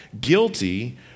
guilty